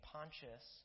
Pontius